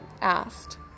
asked